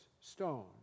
stone